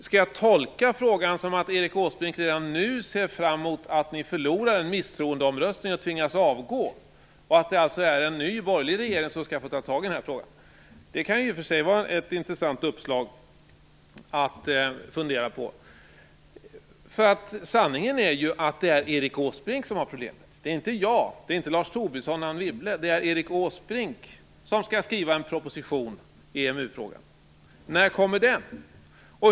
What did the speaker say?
Skall jag tolka frågan som att Erik Åsbrink redan nu ser fram emot att Socialdemokraterna förlorar en misstroendeomröstning och tvingas avgå, och att det alltså är en ny, borgerlig regering som skall få ta tag i denna fråga? Det kan i och för sig vara ett intressant uppslag att fundera på. Sanningen är ju att det är Erik Åsbrink som har problem. Det är inte jag. Det är inte Lars Tobisson och Anne Wibble. Det är Erik Åsbrink som skall skriva en proposition i EMU-frågan. När kommer den?